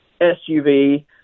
SUV